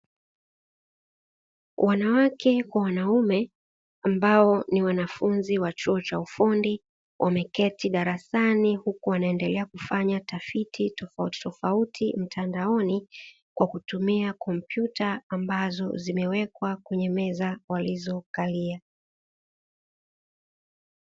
Wanawake kwa wanaume ambao ni wanafunzi wa chuo cha ufundi wameketi darasani, huku wanaendelea kufanya tafiti tofauti tofauti mtandaoni, kwa kutumia kompyuta ambazo zimewekwa kwenye meza walizokalia.